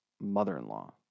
mother-in-law